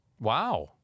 Wow